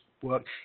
work